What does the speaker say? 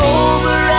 over